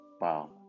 wow